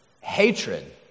hatred